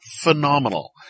phenomenal